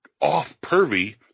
off-pervy